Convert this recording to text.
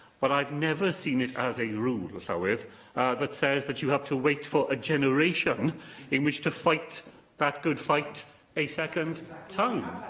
but i've never seen it as a rule, but ah llywydd, that says that you have to wait for a generation in which to fight that good fight a second time,